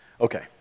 Okay